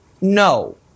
No